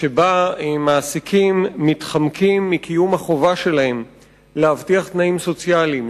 שבה מעסיקים מתחמקים מקיום החובה שלהם להבטיח תנאים סוציאליים,